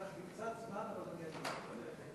ייקח לי קצת זמן, אבל אני אגיע.